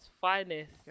finest